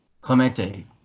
Clemente